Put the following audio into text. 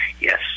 Yes